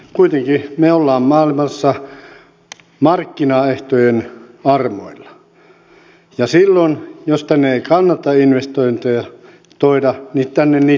kuitenkin me olemme maailmassa markkinaehtojen armoilla ja silloin jos tänne ei kannata investoida investointeja ei tänne tule